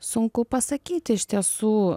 sunku pasakyt iš tiesų